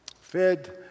Fed